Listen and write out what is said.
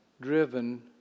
driven